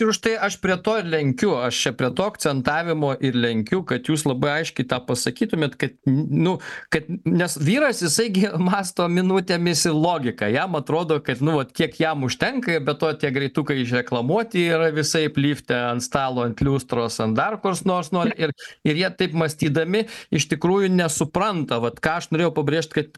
ir užtai aš prie to lenkiu aš čia prie to akcentavimo ir lenkiu kad jūs labai aiškiai tą pasakytumėt kad nu kad nes vyras jisai gi mąsto minutėmis ir logika jam atrodo kad nu vat kiek jam užtenka ir be to tie greitukai išreklamuoti yra visaip lifte ant stalo ant liustros ant dar kas nors ir jie taip mąstydami iš tikrųjų nesupranta vat ką aš norėjau pabrėžt kad